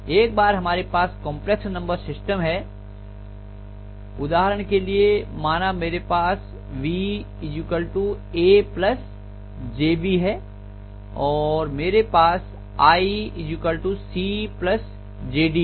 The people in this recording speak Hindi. एक बार हमारे पास कंपलेक्स नंबर सिस्टम है उदाहरण के लिए माना मेरे पास v a jb है और मेरे पास i c jd है